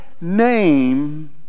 name